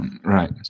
Right